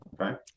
Okay